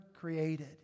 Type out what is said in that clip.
created